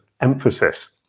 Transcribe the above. emphasis